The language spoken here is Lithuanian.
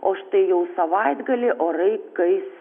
o štai jau savaitgalį orai kais